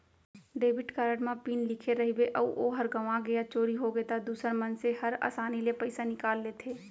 debit card म pin लिखे रइबे अउ ओहर गँवागे या चोरी होगे त दूसर मनसे हर आसानी ले पइसा निकाल लेथें